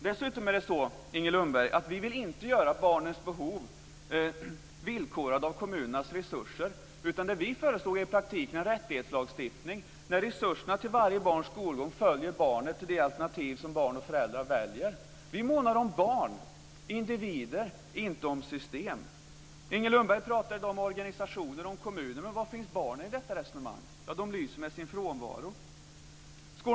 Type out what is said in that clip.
Dessutom är det så, Inger Lundberg, att vi inte vill göra barnens behov villkorade av kommunernas resurser, utan det vi föreslår är i praktiken en rättighetslagstiftning, där resurserna till varje barns skolgång följer barnet och det alternativ som barn och föräldrar väljer. Vi månar om barn, individer, inte om system. Inger Lundberg pratar om organisationer och om kommuner, men var finns barnen i detta resonemang? De lyser med sin frånvaro.